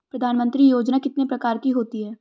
प्रधानमंत्री योजना कितने प्रकार की होती है?